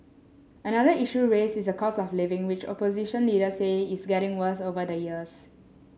another issue raised is the cost of living which opposition leaders say is getting worse over the years